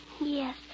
Yes